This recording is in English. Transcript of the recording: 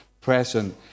present